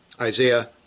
Isaiah